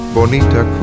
Bonita